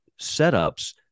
setups